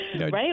Right